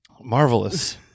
Marvelous